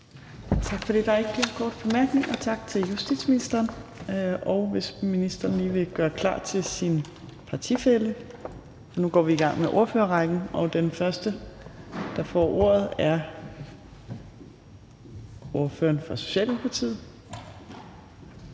Der er ikke flere korte bemærkninger. Ministeren må godt lige gøre klar til sin partifælle, for nu går vi i gang med ordførerrækken, og den første, der får ordet, er ordføreren for Socialdemokratiet.